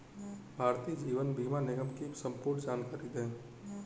भारतीय जीवन बीमा निगम की संपूर्ण जानकारी दें?